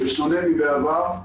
בשונה מבעבר.